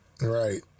Right